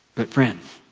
but friends,